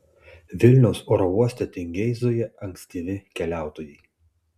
vilniaus oro uoste tingiai zuja ankstyvi keliautojai